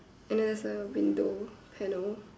and then there's a window panel